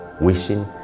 wishing